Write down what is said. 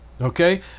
Okay